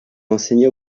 enseigné